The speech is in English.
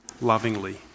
lovingly